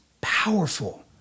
Powerful